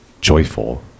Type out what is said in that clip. joyful